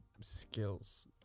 skills